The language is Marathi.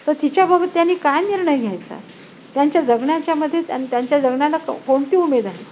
तर तिच्याबाबत त्यांनी काय निर्णय घ्यायचा त्यांच्या जगण्याच्यामध्येे अन त्यांच्या जगण्याला क कोणती उमेद आहे